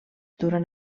durant